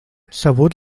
sabut